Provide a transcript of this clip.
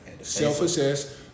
self-assess